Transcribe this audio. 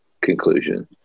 conclusion